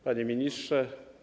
Panie Ministrze!